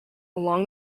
along